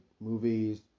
movies